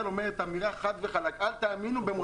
אומרת חד וחלק: אל תאמינו במוצר כחול-לבן.